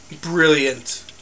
brilliant